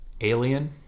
Alien